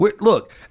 Look